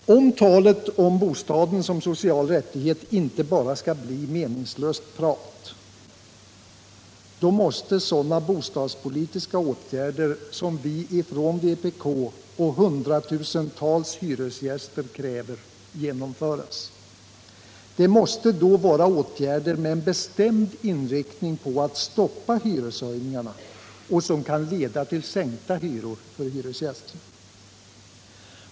Skall talet om bostaden som social rättighet inte bara bli meningslöst prat, måste sådana bostadspolitiska åtgärder som vi från vpk och hundratusentals hyresgäster kräver genomföras. Det måste då vara åtgärder som har en bestämd inriktning på att stoppa hyreshöjningarna och som kan leda till sänkta hyror för hyresgästerna.